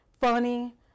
funny